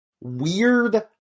weird